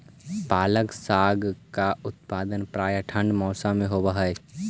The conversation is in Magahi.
पालक साग का उत्पादन प्रायः ठंड के मौसम में होव हई